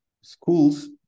schools